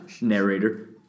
narrator